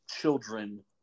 children